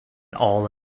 all